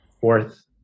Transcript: fourth